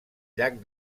llac